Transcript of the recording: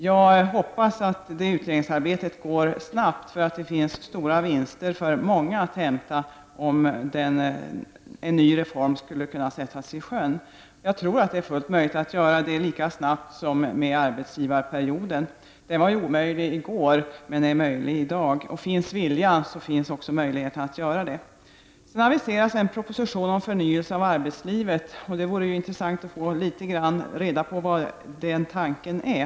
Jag hoppas att utredningsarbetet går snabbt eftersom det finns stora vinster för många att hämta om en ny reform skulle kunna sättas i sjön. Jag tror att det är fullt möjligt att göra det lika snabbt som i fråga om arbetsgivarperioden. Den var ju omöjlig i går men är möjlig i dag. Finns viljan, finns också möjligheten. Vidare aviseras en proposition om förnyelse av arbetslivet. Det vore intressant att litet få reda på vad detta går ut på.